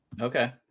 Okay